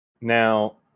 Now